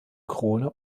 krone